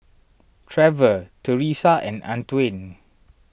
Trevor Teresa and Antwain